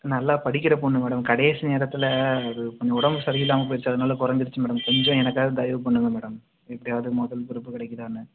நல்லா படிக்கிற பொண்ணு மேடம் கடைசி நேரத்தில் அது கொஞ்சம் உடம்பு சரி இல்லாமல் போய்டுச்சு அதனால குறஞ்சிருச்சு மேடம் கொஞ்சம் எனக்காக தயவு பண்ணுங்கள் மேடம் எப்படியாவது முதல் க்ரூப் கிடைக்குதானு